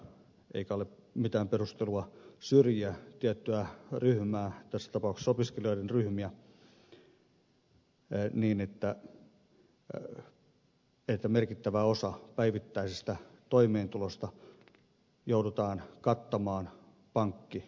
eikä ole mitään perustelua syrjiä tiettyä ryhmää tässä tapauksessa opiskelijoiden ryhmiä niin että merkittävä osa päivittäisestä toimeentulosta joudutaan kattamaan pankkivelalla